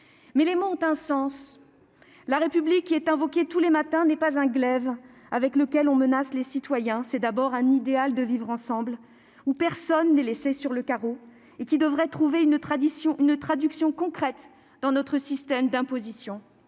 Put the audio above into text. le ministre. La République, invoquée tous les matins, n'est pas un glaive avec lequel on menace les citoyens. C'est d'abord un idéal de vivre ensemble où personne n'est laissé sur le carreau et qui devrait trouver une traduction concrète dans notre système d'imposition